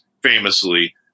famously